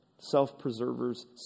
Self-preservers